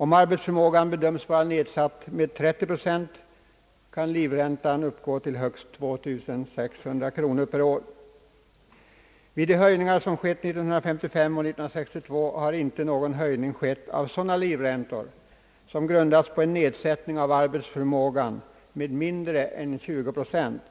Om arbetsförmågan är nedsatt med 30 procent kan livräntan uppgå till högst 2600 kronor per år. Vid de höjningar som skett 1955 och 1962 har inte någon höjning skett av sådana livräntor som grundar sig på en nedsättning av arbetsförmågan med mindre än 20 procent.